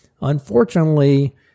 Unfortunately